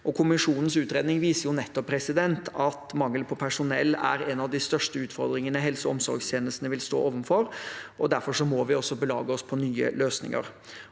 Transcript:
Kommisjonens utredning viser nettopp at mangel på personell er en av de største utfordringene helse- og omsorgstjenestene vil stå overfor, og derfor må vi også belage oss på nye løsninger.